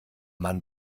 mann